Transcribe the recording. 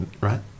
right